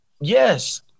Yes